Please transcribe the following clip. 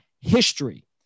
history